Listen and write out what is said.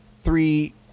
three